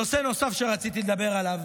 נושא נוסף שרציתי לדבר עליו,